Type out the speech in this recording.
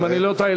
אם אני לא טועה,